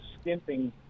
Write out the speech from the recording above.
skimping